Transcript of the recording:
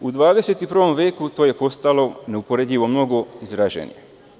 U 21. veku to je postalo neuporedljivo mnogo izraženije.